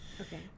okay